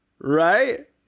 right